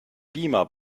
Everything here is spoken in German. beamer